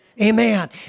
Amen